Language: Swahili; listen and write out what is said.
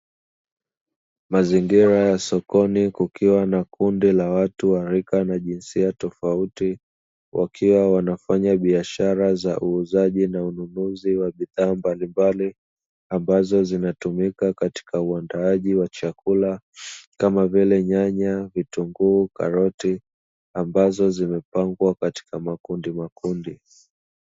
Mazingira ya sokoni, kukiwa na kundi la watu wa rika na jinsia tofauti, wakiwa wanafanya biashara za uuzaji na ununuzi wa bidhaa mbalimbali, ambazo zinatumika katika uandaaji wa chakula kama vile nyanya, vitunguu, na karoti, ambazo zimepangwa katika makundi makundi.